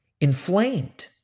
inflamed